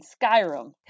Skyrim